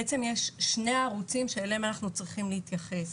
בעצם יש שני ערוצים שאליהם אנחנו צריכים להתייחס.